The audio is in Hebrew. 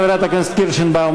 חברת הכנסת קירשנבאום,